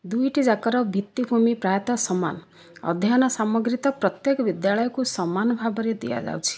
ଦୁଇଟିଯାକର ଭିତ୍ତି ଭୂମି ପ୍ରାୟତଃ ସମାନ ଅଧ୍ୟୟନ ସାମଗ୍ରୀ ତ ପ୍ରତ୍ୟେକ ବିଦ୍ୟାଳୟକୁ ସମାନ ଭାବରେ ଦିଆଯାଉଛି